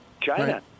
China